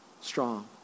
strong